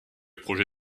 projet